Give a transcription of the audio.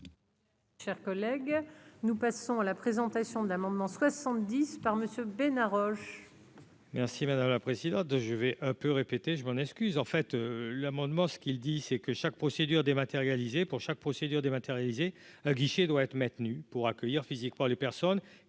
Chers collègues, nous passons à la présentation de l'amendement 70 par Monsieur